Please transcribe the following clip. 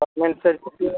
അതിനനുസരിച്ചിട്ട്